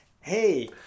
hey